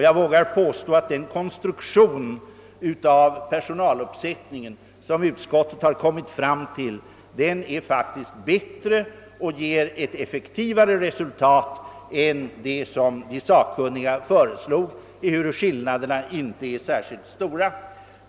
Jag vågar påstå att den konstruktion av personaluppsättningen, som utskottet har kommit fram till, faktiskt är bättre och medför större effektivitet än den som de sakkunniga föreslog, ehuru skillnaden inte är särskilt stor.